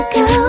go